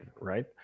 right